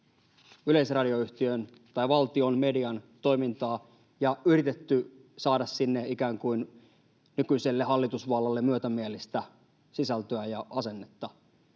yleisradioyhtiön tai valtion median toimintaa ja yritetty saada sinne ikään kuin nykyiselle hallitusvallalle myötämielistä sisältöä ja asennetta.